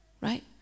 Right